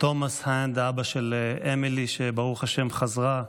תומאס הנד, אבא של אמילי, שברוך השם חזרה,